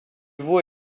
veau